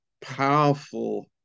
powerful